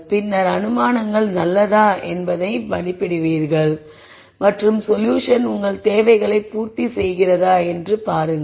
பின்னர் அனுமானங்கள் நல்லதா என்பதை மதிப்பிடுங்கள் மற்றும் சொல்யூஷன் உங்கள் தேவைகளை பூர்த்திசெய்கிறதா என்று பாருங்கள்